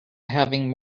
having